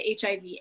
HIV